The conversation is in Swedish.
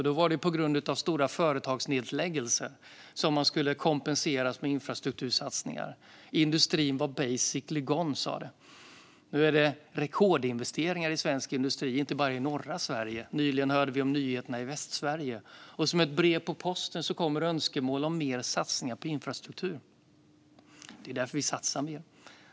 Då var det på grund av stora företagsnedläggningar som man skulle kompenseras med infrastruktursatsningar. Industrin var basically gone, sas det. Nu är det rekordinvesteringar i svensk industri, inte bara i norra Sverige. Nyligen hörde vi om nyheterna i Västsverige. Och som ett brev på posten kommer det önskemål om mer satsningar på infrastruktur. Det är därför som vi satsar mer.